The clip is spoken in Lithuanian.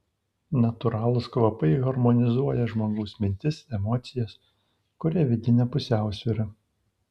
natūralūs kvapai harmonizuoja žmogaus mintis emocijas kuria vidinę pusiausvyrą